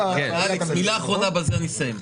אלכס, מילה אחרונה ובזה אני אסיים.